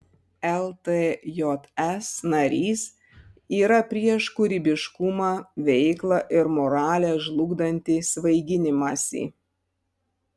ltjs narys yra prieš kūrybiškumą veiklą ir moralę žlugdantį svaiginimąsi